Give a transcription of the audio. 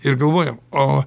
ir galvojam o